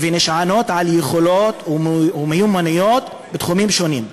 ונשענות על יכולות ומיומנויות בתחומים שונים,